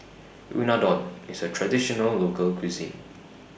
Unadon IS A Traditional Local Cuisine